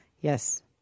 yes